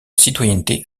citoyenneté